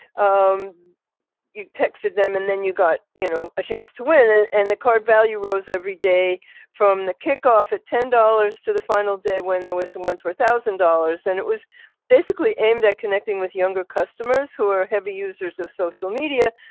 um you texted them and then you got, you know, a chance to win and the card value rose every day from the kickoff at ten dollars to the final day when there was one four thousand dollars and it was basically aimed at connecting with younger customers who are heavy users of social media,